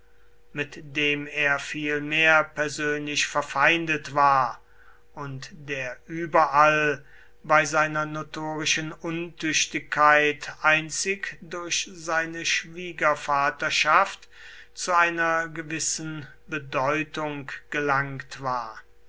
mit dem er vielmehr persönlich verfeindet war und der überall bei seiner notorischen untüchtigkeit einzig durch seine schwiegervaterschaft zu einer gewissen bedeutung gelangt war